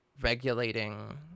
regulating